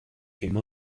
came